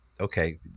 okay